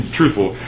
truthful